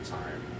time